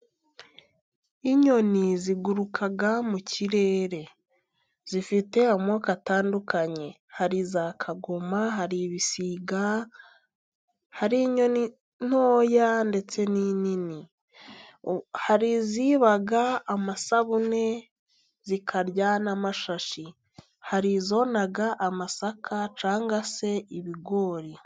Inyoni ziguruka mu kirere zifite amoko atandukanye hari iza kagoma, hari ibisiga, hari inyoni ntoya ndetse n'inini, hari iziba amasabune zikarya n'amashashi, hari izona amasaka cyangwa se ibigori.